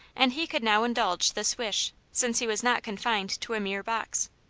and he could now indulge this wish, since he was not confined to a mere box.